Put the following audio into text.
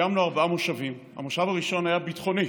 קיימנו ארבעה מושבים: המושב הראשון היה ביטחוני,